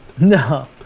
No